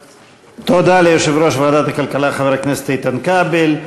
תודה ליושב-ראש ועדת הכלכלה חבר הכנסת איתן כבל.